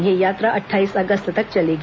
यह यात्रा अट्ठाईस अगस्त तक चलेगी